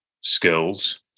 skills